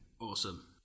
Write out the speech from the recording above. Awesome